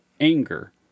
anger